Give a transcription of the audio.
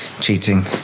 cheating